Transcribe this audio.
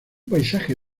paisaje